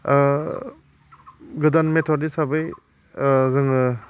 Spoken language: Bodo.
गोदान मेथद हिसाबै जोङो